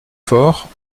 fort